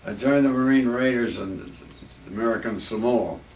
ah joined the marine raiders in american samoa.